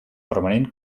permanent